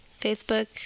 facebook